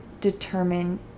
determine